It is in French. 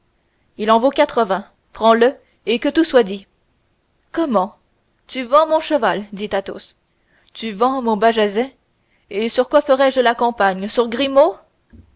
il en vaut quatre-vingts prends-le et que tout soit dit comment tu vends mon cheval dit athos tu vends mon bajazet et sur quoi ferai-je la campagne sur grimaud